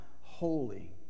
holy